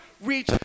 reach